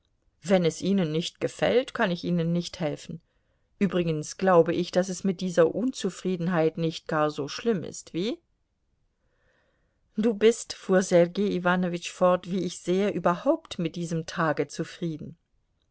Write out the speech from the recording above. wenn es ihnen nicht gefällt kann ich ihnen nicht helfen übrigens glaube ich daß es mit dieser unzufriedenheit nicht gar so schlimm ist wie du bist fuhr sergei iwanowitsch fort wie ich sehe überhaupt mit diesem tage zufrieden